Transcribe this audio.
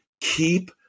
keep